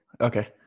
Okay